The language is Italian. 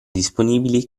disponibili